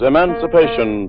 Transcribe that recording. Emancipation